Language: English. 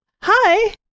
Hi